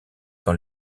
dans